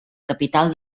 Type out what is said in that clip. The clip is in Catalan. capital